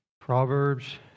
Proverbs